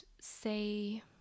say